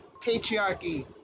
patriarchy